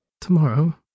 tomorrow